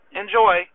enjoy